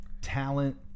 talent